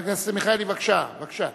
חבר הכנסת מיכאלי, בבקשה.